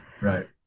Right